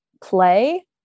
play